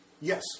Yes